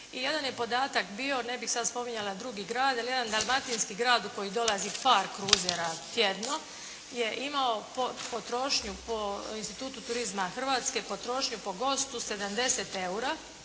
I jedan je podatak bio, ne bih sad spominjala drugi grad ali jedan dalmatinski grad u koji dolazi par crusera tjedno je imao potrošnju po institutu turizma Hrvatske, potrošnju po gostu 70 eura